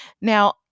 Now